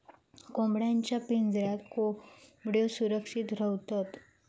कोंबड्यांच्या पिंजऱ्यात कोंबड्यो सुरक्षित रव्हतत